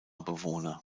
bewohner